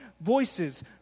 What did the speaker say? voices